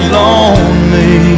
lonely